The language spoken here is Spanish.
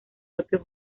propio